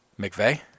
McVeigh